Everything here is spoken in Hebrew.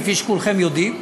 כפי שכולכם יודעים,